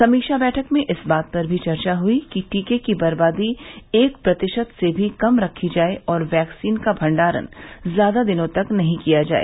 समीक्षा बैठक में इस बात पर भी चर्चा हुई कि टीके की बर्बादी एक प्रतिशत से भी कम रखी जाए और वैक्सीन का भंडारण ज्यादा दिनों तक नहीं किया जाए